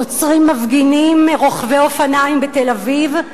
עוצרים מפגינים רוכבי אופניים בתל-אביב,